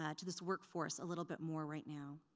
ah to this workforce, a little bit more right now.